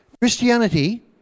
Christianity